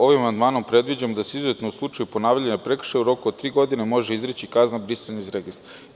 Ovim amandmanom predviđam da „ Izuzetno u slučaju ponavljanja prekršaja u roku od tri godine može izreći kazna brisanja iz registra“